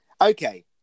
Okay